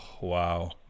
wow